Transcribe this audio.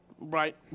Right